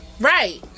right